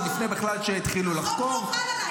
עוד לפני שהתחילו לחקור בכלל.